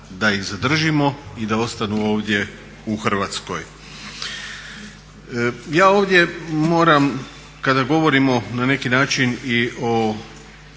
da ih zadržimo i da ostanu ovdje u Hrvatskoj. Ja ovdje moram kada govorimo na neki način i o